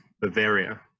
Bavaria